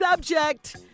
Subject